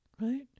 right